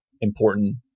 important